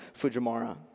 Fujimara